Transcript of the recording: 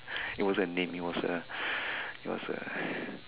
it wasn't a name it was a it was a